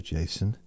Jason